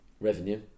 Revenue